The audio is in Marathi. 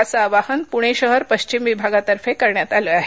असं आवाहन पुणे शहर पश्चिम विभागातर्फे करण्यात आलं आहे